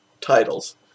titles